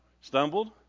stumbled